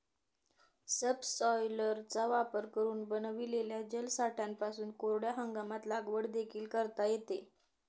सबसॉयलरचा वापर करून बनविलेल्या जलसाठ्यांपासून कोरड्या हंगामात लागवड देखील करता येते